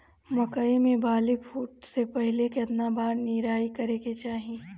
मकई मे बाली फूटे से पहिले केतना बार निराई करे के चाही?